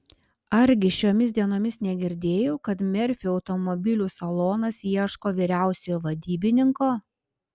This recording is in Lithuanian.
argi šiomis dienomis negirdėjau kad merfio automobilių salonas ieško vyriausiojo vadybininko